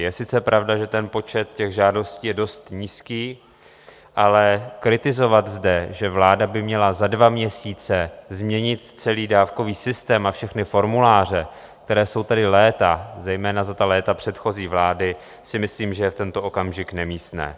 Je sice pravda, že ten počet žádostí je dost nízký, ale kritizovat zde, že vláda by měla za dva měsíce změnit celý dávkový systém a všechny formuláře, které jsou tady léta, zejména za ta léta předchozí vlády, si myslím, že je v tento okamžik nemístné.